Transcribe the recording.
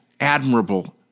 admirable